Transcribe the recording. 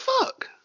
fuck